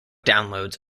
downloads